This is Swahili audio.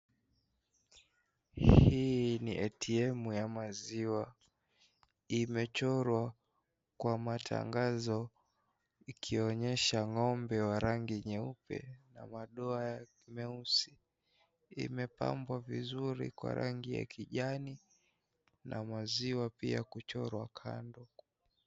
Hii ni ATM ya maziwa, imechorwa kwa matangazo ikionyesha ng'ombe wa rangi nyeupe na madoa meusi. Imepambwa vizuri kwa rangi ya kijani na maziwa pia kuchorwa kando.